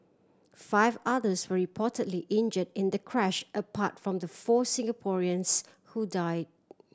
five others were reportedly injured in the crash apart from the four Singaporeans who died